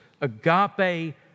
agape